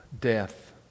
death